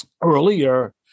earlier